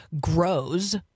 grows